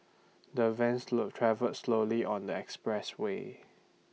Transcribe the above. the van travel slowly on the expressway